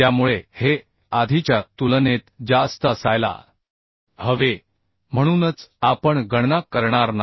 त्यामुळे हे आधीच्या तुलनेत जास्त असायला हवे म्हणूनच आपण गणना करणार नाही